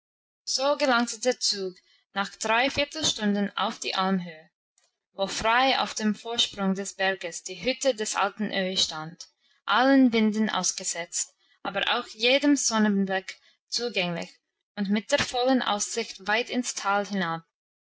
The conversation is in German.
so gelangte der zug nach drei viertelstunden auf die almhöhe wo frei auf dem vorsprung des berges die hütte des alten öhi stand allen winden ausgesetzt aber auch jedem sonnenblick zugänglich und mit der vollen aussicht weit ins tal hinab